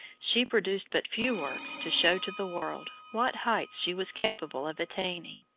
she produced but few works to show to the world what heights she was capable of attaining.